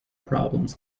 problems